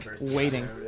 waiting